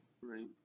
Right